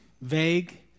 vague